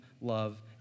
love